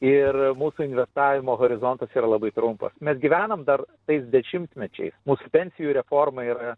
ir mūsų investavimo horizontas yra labai trumpas mes gyvenam dar tais dešimtmečiais mūsų pensijų reforma yra